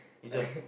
is a